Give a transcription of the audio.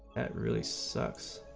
at really sucks